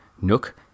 Nook